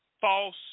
false